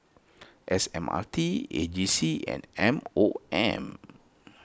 S M R T A G C and M O M